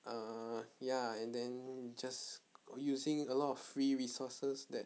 err ya and then just using a lot of free resources that